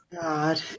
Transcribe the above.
god